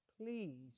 please